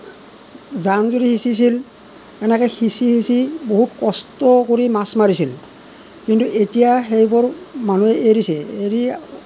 জান জুৰি সিঁচিছিল এনেকৈ সিঁচি সিঁচি বহুত কষ্ট কৰি মাছ মাৰিছিল কিন্তু এতিয়া সেইবোৰ মানুহে এৰিছে এৰি